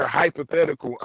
hypothetical